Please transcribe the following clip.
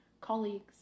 colleagues